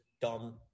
dumb